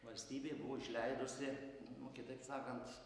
valstybė buvo išleidusi nu kitaip sakant